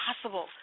impossible